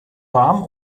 warm